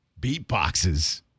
beatboxes